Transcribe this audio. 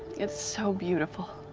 it's so beautiful.